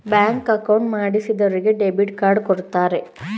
bank account ಮಾಡಿಸಿದರಿಗೆ debit card ಕೊಡ್ತಾರೆ